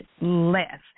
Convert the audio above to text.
less